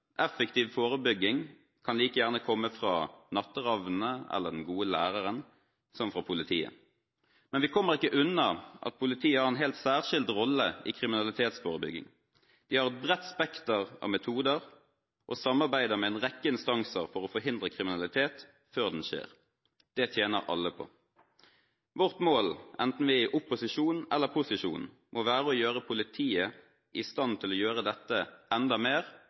fra politiet. Men vi kommer ikke unna at politiet har en helt særskilt rolle i kriminalitetsforebygging. De har et bredt spekter av metoder og samarbeider med en rekke instanser for å forhindre kriminalitet før den skjer. Det tjener alle på. Vårt mål, enten vi er i opposisjon eller posisjon, må være å gjøre politiet i stand til å gjøre dette enda mer